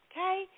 Okay